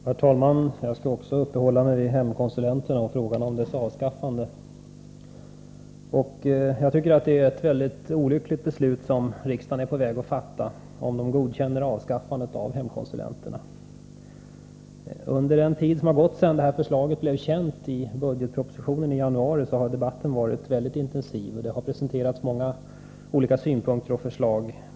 Herr talman! Jag skall också uppehålla mig vid frågan om hemkonsulenternas avskaffande. Det är ett mycket olyckligt beslut som riksdagen fattar om den godkänner avskaffandet av hemkonsulenterna. Under den tid som har gått sedan förslaget i budgetpropositionen blev känt i januari har debatten varit mycket intensiv, och det har framförts många synpunkter och förslag.